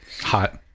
Hot